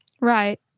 Right